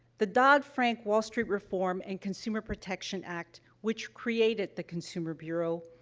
the dodd-frank wall street reform and consumer protection act, which created the consumer bureau,